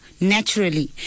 naturally